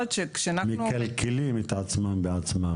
מכלכלים את עצמכם בעצמכם?